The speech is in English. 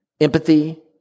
empathy